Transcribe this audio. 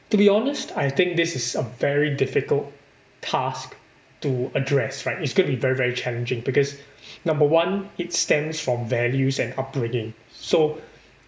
to be honest I think this is a very difficult task to address right it's gonna be very very challenging because number one it stems from values and upbringing so